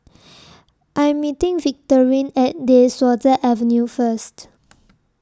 I Am meeting Victorine At De Souza Avenue First